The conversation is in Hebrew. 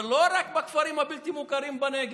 ולא רק בכפרים הבלתי-מוכרים בנגב,